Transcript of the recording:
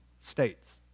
states